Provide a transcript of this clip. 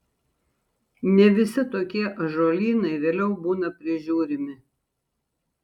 ne visi tokie ąžuolynai vėliau būna prižiūrimi